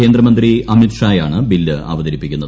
കേന്ദ്രമന്ത്രി അമിത് ഷായാണ് ബിൽ അവതരിപ്പിക്കുന്നത്